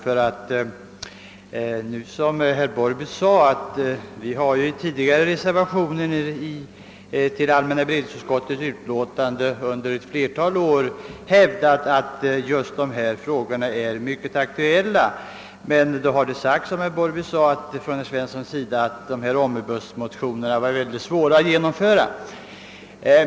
Vi har under ett flertal år i reservationer till allmänna beredningsutskottets utlåtanden hävdat att miljövårdsfrågorna är mycket viktiga, men då har herr Svensson i Kungälv sagt att förslagen i våra »omnibusmotioner» har varit svåra att genomföra.